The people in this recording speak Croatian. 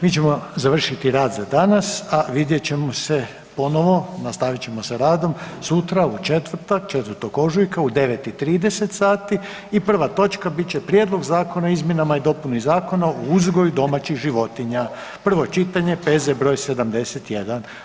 Mi ćemo završiti rad za danas, a vidjet ćemo se ponovo nastavit ćemo sa radom sutra u četvrtak 4.ožujaka u 9,30 i prva točka bit će Prijedlog zakona o izmjenama i dopuni Zakona o uzgoju domaćih životinja, prvo čitanje, P.Z. br. 71.